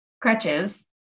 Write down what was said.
crutches